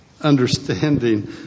understanding